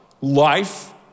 Life